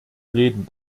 reden